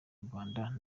rwanda